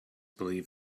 believe